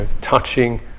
touching